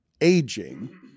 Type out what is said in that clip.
aging